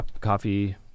coffee